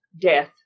death